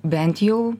bent jau